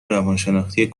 روانشناختی